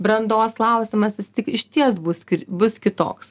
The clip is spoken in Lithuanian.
brandos klausimas jis tik išties bus kir bus kitoks